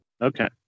Okay